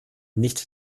nicht